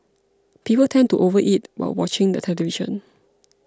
people tend to overeat while watching the television